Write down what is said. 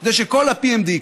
כדי שכל ה-PMD,